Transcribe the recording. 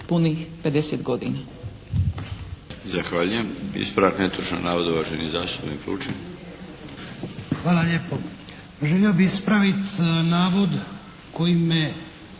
punih 50 godina.